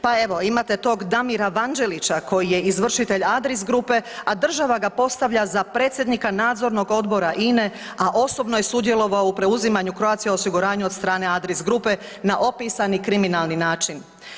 Pa evo imate tog Damira VAnđelića koji je izvršitelj Adris grupe, a država ga postavlja za predsjednika Nadzornog odbora INA-e, a osobno je sudjelovao u preuzimaju Croatia osiguranja od strane Adris grupe na opisani kriminalni način.